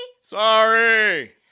Sorry